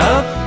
up